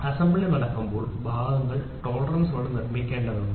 assembly നടക്കുമ്പോൾ ഭാഗങ്ങൾ ടോളറൻസോടെ നിർമ്മിക്കേണ്ടതുണ്ട്